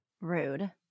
Rude